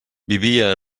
vivia